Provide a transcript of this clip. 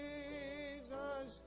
Jesus